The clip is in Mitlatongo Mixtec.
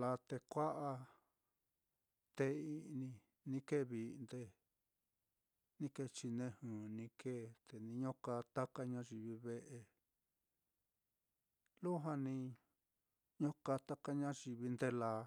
laa te kua'a té i'ni ni kēē vi'nde, ni kēē chinejɨ ni kēē, te niño kaa taka ñayivi ve'e, lujua niño kaa taka ñayivi nde laa.